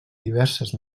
diverses